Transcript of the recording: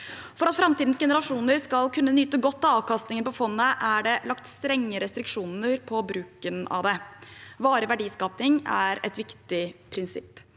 For at framtidens generasjoner skal kunne nyte godt av avkastningen på fondet, er det lagt strenge restriksjoner på bruken av det. Varig verdiskaping er et viktig prinsipp.